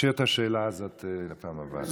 נשאיר את השאלה הזאת לפעם הבאה.